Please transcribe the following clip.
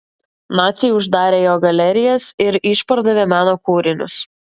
naciai uždarė jo galerijas ir išpardavė meno kūrinius